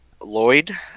Lloyd